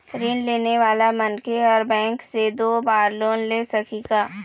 ऋण लेने वाला मनखे हर बैंक से दो बार लोन ले सकही का?